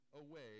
away